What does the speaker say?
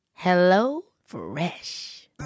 HelloFresh